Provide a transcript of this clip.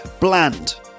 Bland